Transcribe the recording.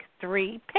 three